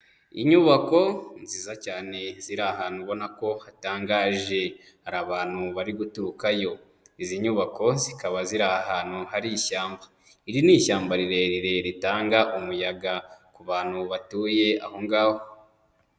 Inyubako nziza cyane ziri ahantu ubona ko hatangaje, hari abantu bari guturukayo. Izi nyubako zikaba ziri ahantu hari ishyamba; iri ni ishyamba rirerire ritanga umuyaga ku bantu batuye aho ngaho.